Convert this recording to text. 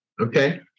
Okay